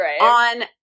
on